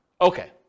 Okay